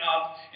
up